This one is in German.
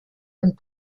und